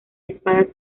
espadas